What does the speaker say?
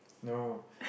no